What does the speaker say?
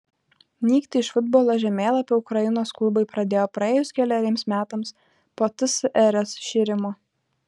nykti iš futbolo žemėlapio ukrainos klubai pradėjo praėjus keleriems metams po tsrs iširimo